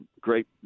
great